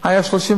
זה היה 32,